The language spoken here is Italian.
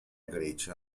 grecia